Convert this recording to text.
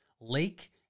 Lake